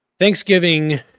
Thanksgiving